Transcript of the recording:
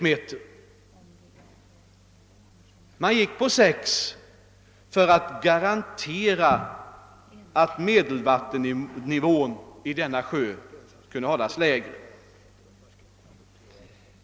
Regeringen gick med på 6,0 m3 för att garantera att medelvattennivån kunde hållas lägre.